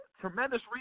tremendous